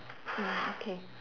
mm okay